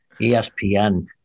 ESPN